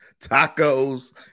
tacos